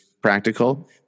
practical